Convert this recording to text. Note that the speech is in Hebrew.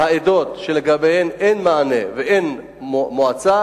והעדות שלגביהן אין מענה ואין מועצה